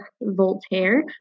Voltaire